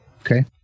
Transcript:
Okay